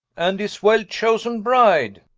and his well-chosen bride